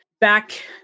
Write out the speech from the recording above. Back